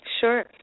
Sure